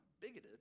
bigoted